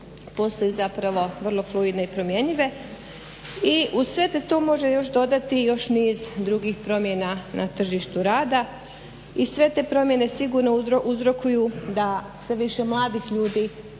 Postoji zato vrlo fluidne i nepromjenjive i uz sve to se još može dodati još niz drugih promjena na tržištu rada i sve te promijene sigurno uzrokuju da sve više mladih ljudi